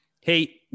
hey